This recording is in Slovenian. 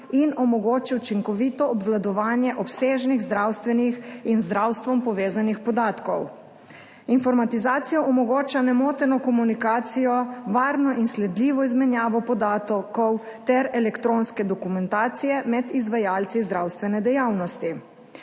in omogoča učinkovito obvladovanje obsežnih zdravstvenih in zdravstvom povezanih podatkov. Informatizacija omogoča nemoteno komunikacijo, varno in sledljivo izmenjavo podatkov ter elektronske dokumentacije med izvajalci zdravstvene dejavnosti.